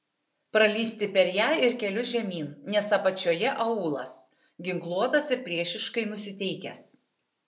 pralįsti per ją ir keliu žemyn nes apačioje aūlas ginkluotas ir priešiškai nusiteikęs